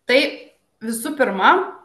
tai visų pirma